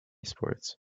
sports